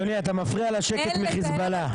אתה מפריע לשקט מחיזבאללה,